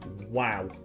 wow